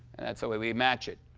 and that's the way we match it.